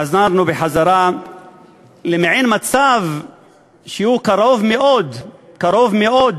חזרנו למעין מצב שהוא קרוב מאוד, קרוב מאוד,